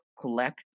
collect